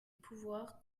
pouvoir